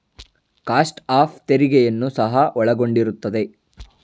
cost of ತೆರಿಗೆಯನ್ನು ಸಹ ಒಳಗೊಂಡಿರುತ್ತದೆ